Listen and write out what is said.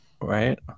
right